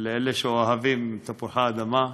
לאלה שאוהבים תפוחי-אדמה,